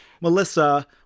Melissa